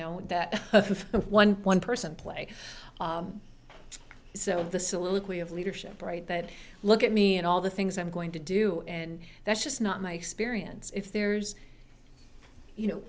of one one person play so the soliloquy of leadership right that look at me and all the things i'm going to do and that's just not my experience if there's you know